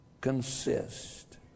consist